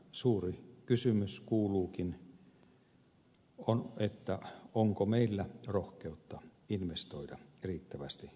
suuri kysymys on onko meillä rohkeutta investoida riittävästi tulevaisuuteen